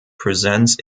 presents